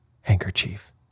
handkerchief